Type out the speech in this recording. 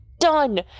done